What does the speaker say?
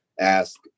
ask